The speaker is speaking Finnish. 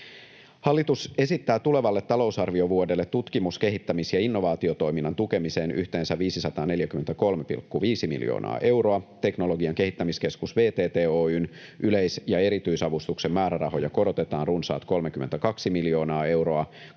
Hallitus esittää tulevalle talousarviovuodelle tutkimus-, kehittämis- ja innovaatiotoiminnan tukemiseen yhteensä 543,5 miljoonaa euroa. Teknologian tutkimuskeskus VTT Oy:n yleis- ja erityisavustuksen määrärahoja korotetaan runsaat 32 miljoonaa euroa